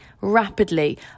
rapidly